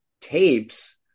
tapes